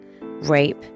rape